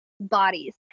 bodies